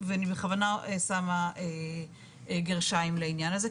ואני בכוונה שמה גרשיים לעניין הזה,